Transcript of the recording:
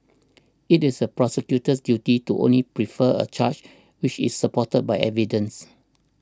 it is the prosecutor's duty to only prefer a charge which is supported by evidence